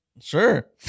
Sure